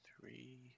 three